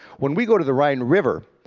when we go to the rhine river,